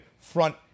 front